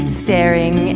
staring